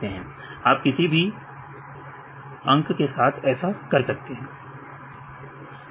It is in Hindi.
आप किसी भी अंक के साथ यह कर सकते हैं 15 या 16